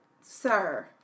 sir